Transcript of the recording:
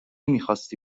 میخواستی